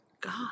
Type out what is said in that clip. God